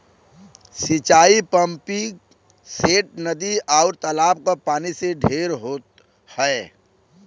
सिंचाई पम्पिंगसेट, नदी, आउर तालाब क पानी से ढेर होत हौ